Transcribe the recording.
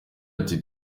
ati